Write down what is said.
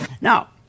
Now